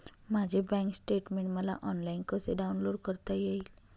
माझे bank statement मला online कसे डाउनलोड करता येईल?